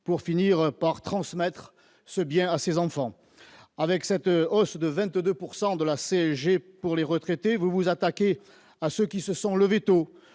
pour finir par transmettre ce bien à ses enfants, avec cette hausse de 22 pourcent de de la CSG pour les retraités, vous vous attaquez à ceux qui se sont levés tôt,